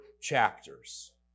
chapters